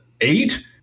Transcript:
eight